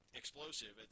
explosive